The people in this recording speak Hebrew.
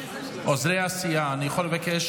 עוזרי הסיעה, אני יכול לבקש?